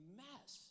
mess